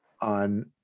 on